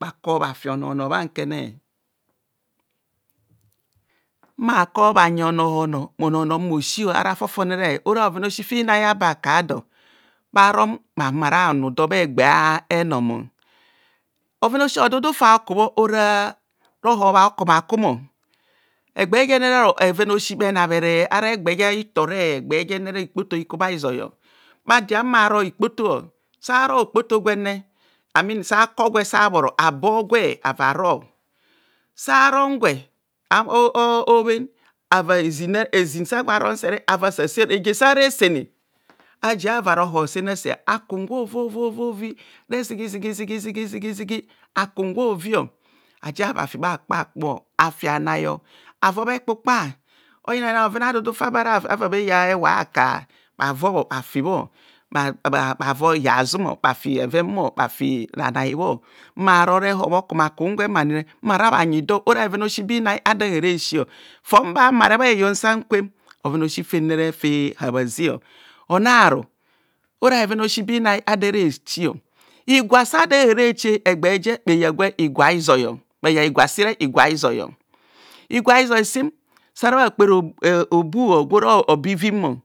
bhakor bhaui onor nor bhankene, mma bha kor bhanyi onor onorora fo fone bho onor nor mmosi ara fofonere ora bhoven a'osi fi nai abe akahodor ahara bha humo bhanu dor bha egbá henum bhoven a'osi bhodudu far bho kubho ora rohob a'kuma kum egbe, ene aru bheven a'osi bhenabhere ara egbe a'hitore, egba jere ikubha hizoi bhajian bharo ikpoto saro okpoto gwenne amin sakor gwe sa bhoro abor gwe ava ro, saron gwe sah obhen ava gwe hezin sa gwo aron sere ava sa se reje sa resene ajia ava rohor sere asea akum se ovovovovi akam gwere zigi zigi zigi akum gwe ovio aji ava fi bha kpakpo afi bhanai avo hekpukpa oyina bhove bhavobho bhafibho, bhavo bhe ven bho bhafi ranai bho, mma bha hor rohob a'kum akum sem bhanyi dor mme sio ora bhe ven a'osi ba inai abo ehere si, fon ba bha mare bha heyo sankwem bhoven a'osi fene fe habhaze onaru ora bheven a'osi ba inai a dor eresi higwa sa dor ehere che egbaje eya si higwa a'izoi bhaya higwa sire higwa a’ hizoi higwa a'dizoi sahara gbakpe obu gwora obivim.